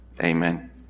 Amen